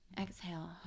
exhale